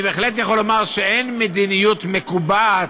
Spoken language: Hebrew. אני בהחלט יכול לומר שאין מדיניות מקובעת: